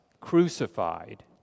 crucified